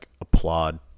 applaud